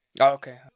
Okay